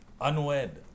unwed